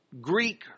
Greek